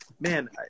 man